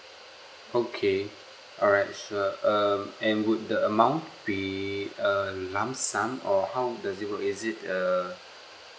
okay alright sure um and would the amount be err lump sum or how would does it work is it uh